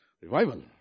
Revival